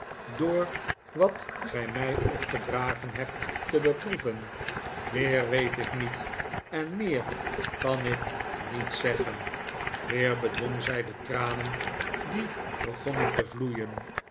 door wat gij mij opgedragen hebt te beproeven meer weet ik niet en meer kan ik niet zeggen weer bedwong zij de tranen die begonnen te vloeien